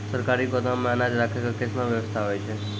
सरकारी गोदाम मे अनाज राखै के कैसनौ वयवस्था होय छै?